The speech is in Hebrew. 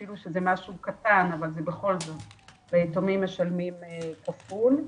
אפילו שזה משהו קטן, וליתומים משלמים כפול.